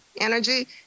energy